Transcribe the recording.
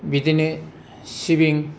बिदिनो सिबिं